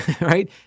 Right